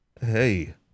hey